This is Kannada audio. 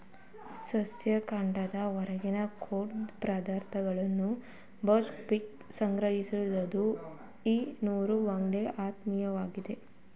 ಸಸ್ಯ ಕಾಂಡದ ಹೊರಗಿನ ಕೋಶ ಪದರಗಳಿಂದ ಬಾಸ್ಟ್ ಫೈಬರನ್ನು ಸಂಗ್ರಹಿಸಲಾಗುತ್ತದೆ ಈ ನಾರು ನಮ್ಗೆ ಉತ್ಮವಾಗಿದೆ